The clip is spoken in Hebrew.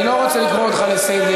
אני לא רוצה לקרוא אותך לסדר.